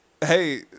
Hey